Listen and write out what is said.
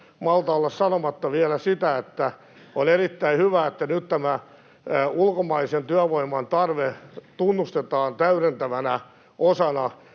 malta olla sanomatta vielä sitä, että on erittäin hyvä, että nyt tämä ulkomaisen työvoiman tarve tunnustetaan täydentävänä osana.